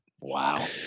Wow